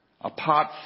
apart